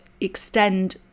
extend